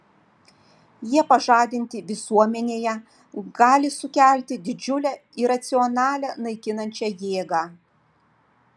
jie pažadinti visuomenėje gali sukelti didžiulę iracionalią naikinančią jėgą